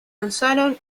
alzaron